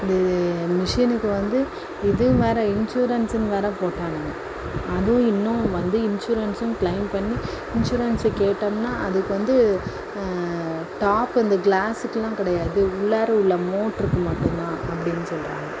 அது மிஷுனுக்கு வந்து இதுவும் வேறு இன்சுரன்சுன்னு வேறு போட்டாங்க அதுவும் இன்னும் வந்து இன்சுரன்ஸ்ஸும் கிளைம் பண்ணி இன்சுரன்சு கேட்டோம்னால் அதுக்கு வந்து டாப்பு அந்த கிளாசுக்கெலாம் கிடையாது உள்ளார உள்ள மோட்டருக்கு மட்டும் தான் அப்படினு சொல்கிறாங்க